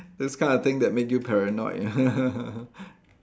those kind of thing that make you paranoid